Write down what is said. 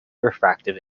refractive